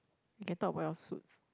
you can talk about your suit